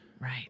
Right